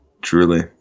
truly